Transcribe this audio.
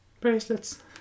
...bracelets